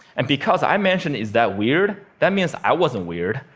and because i mentioned, is that weird, that means i wasn't weird.